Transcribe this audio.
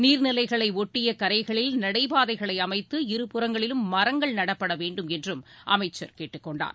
நீர்நிலைகளை ஒட்டிய கரைகளில் நடைபாதைகளை அமைத்து இரு புறங்களிலும் மரங்கள் நடப்பட வேண்டும் என்றும் அமைச்சர் கேட்டுக்கொண்டார்